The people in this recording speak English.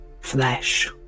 flesh